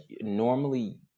normally